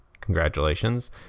congratulations